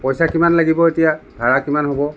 পইচা কিমান লাগিব এতিয়া ভাড়া কিমান হ'ব